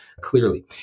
clearly